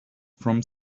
from